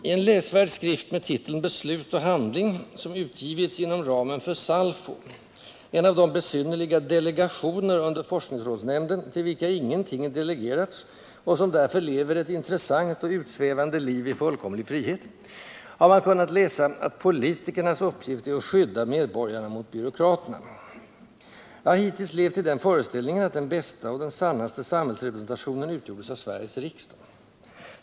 I en läsvärd skrift med titeln ”Beslut och handling”, som utgivits inom ramen för SALFO — en av de besynnerliga ”delegationer” under FRN, till vilka ingenting delegerats och som därför lever ett intressant och utsvävande liv i fullkomlig frihet — har man kunnat läsa att politikernas uppgift är att skydda medborgarna mot byråkraterna. Jag har hittills levt i den föreställningen att den bästa och den sannaste samhällsrepresentationen utgjordes av Sveriges riksdag.